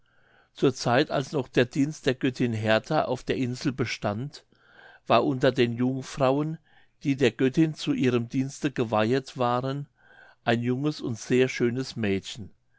zur zeit als noch der dienst der göttin hertha auf der insel bestand war unter den jungfrauen die der göttin zu ihrem dienste geweihet waren ein junges und sehr schönes mädchen